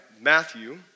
Matthew